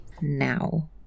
now